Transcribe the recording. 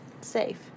safe